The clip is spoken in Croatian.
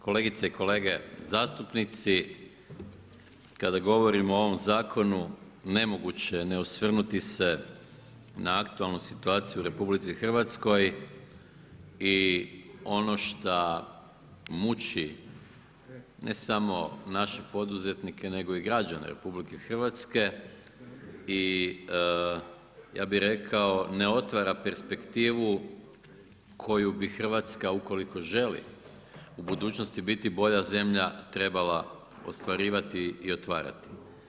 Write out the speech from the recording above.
Kolegice i kolege zastupnici, kada govorimo o ovom Zakonu, nemoguće je ne osvrnuti se na aktualnu situaciju u RH i ono što muči ne samo naše poduzetnike nego i građane RH i ja bih rekao, ne otvara perspektivu koju bi RH ukoliko želi u budućnosti biti bolja zemlja trebala ostvarivati i otvarati.